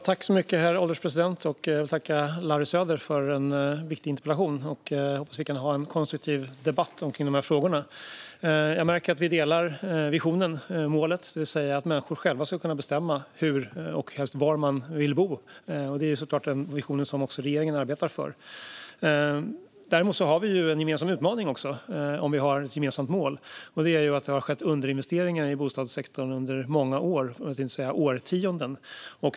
Herr ålderspresident! Jag tackar Larry Söder för en viktig interpellation, och jag hoppas att vi kan ha en konstruktiv debatt om dessa frågor. Jag märker att vi delar visionen och målet, det vill säga att människor själva ska kunna bestämma hur och helst var de vill bo. Det är såklart denna vision som också regeringen arbetar för. Däremot har vi en gemensam utmaning om vi har ett gemensamt mål. Det är att det har skett underinvesteringar i bostadssektorn under många år, för att inte säga årtionden.